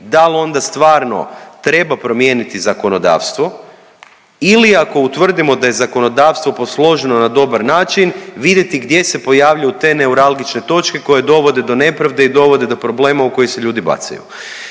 da li onda stvarno treba promijeniti zakonodavstvo ili ako utvrdimo da je zakonodavstvo posloženo na dobar način vidjeti gdje se pojavljuju te neuralgične točke koje dovode do nepravde i dovode do problema u koji se ljudi bacaju.